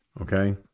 Okay